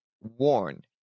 warn